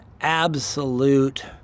absolute